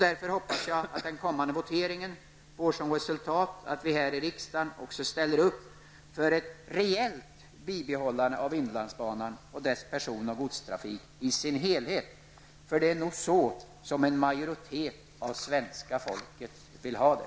Därför hoppas jag att den kommande voteringen får som resultat att vi här i riksdagen ställer upp för ett reellt bibehållande av inlandsbanan och hela dess person och godstrafik, för det är nog så som en majoritet av svenska folket vill ha det.